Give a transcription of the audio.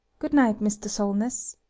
good-night, mrs. solness.